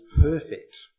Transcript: perfect